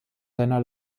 seiner